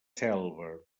selva